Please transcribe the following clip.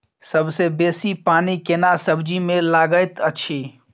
सबसे बेसी पानी केना सब्जी मे लागैत अछि?